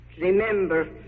Remember